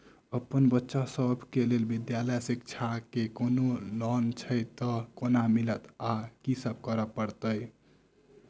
अप्पन बच्चा सब केँ लैल विधालय शिक्षा केँ कोनों लोन छैय तऽ कोना मिलतय आ की सब करै पड़तय